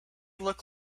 look